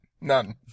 None